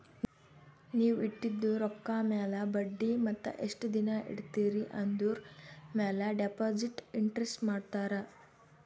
ನೀವ್ ಇಟ್ಟಿದು ರೊಕ್ಕಾ ಮ್ಯಾಲ ಬಡ್ಡಿ ಮತ್ತ ಎಸ್ಟ್ ದಿನಾ ಇಡ್ತಿರಿ ಆಂದುರ್ ಮ್ಯಾಲ ಡೆಪೋಸಿಟ್ ಇಂಟ್ರೆಸ್ಟ್ ಮಾಡ್ತಾರ